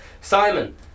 Simon